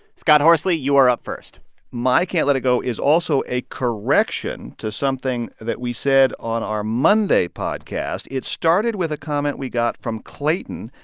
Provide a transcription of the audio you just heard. scott horsley, you are up first my can't let it go is also a correction to something that we said on our monday podcast. it started with a comment we got from clayton,